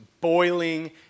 boiling